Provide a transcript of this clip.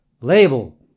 label